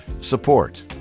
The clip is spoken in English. support